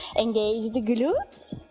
engage the glutes,